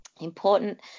important